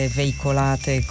veicolate